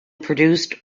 produced